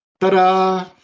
Ta-da